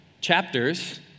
chapters